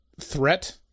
threat